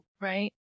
Right